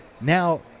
now